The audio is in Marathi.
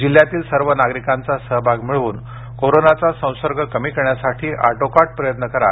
जिल्ह्यातील सर्व नागरिकांचा सहभाग मिळवून कोरोनाचा संसर्ग कमी करण्यासाठी आटोकाट प्रयत्न करा